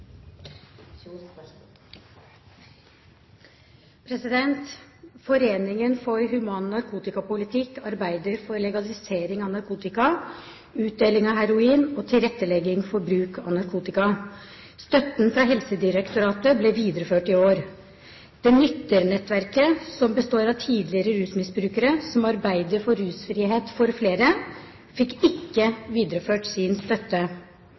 tilrettelegging for bruk av narkotika. Støtten fra Helsedirektoratet ble videreført i år. «Det nytter»-nettverket, som består av tidligere rusmisbrukere som arbeider for rusfrihet for flere, fikk ikke videreført sin støtte.